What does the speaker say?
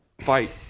fight